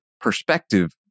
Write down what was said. perspective